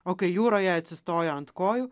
o kai jūroje atsistojo ant kojų